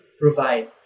provide